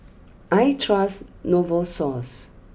I trust Novosource